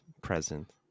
present